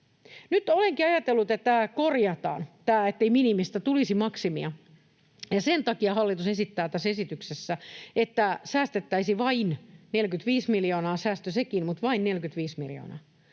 Nyt olenkin ajatellut, että tämä korjataan, niin ettei minimistä tulisi maksimia, ja että sen takia hallitus esittää tässä esityksessä, että säästettäisiin vain 45 miljoonaa — säästö sekin, mutta vain 45 miljoonaa.